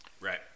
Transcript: Right